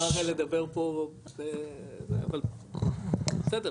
אבל בסדר,